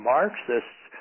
Marxists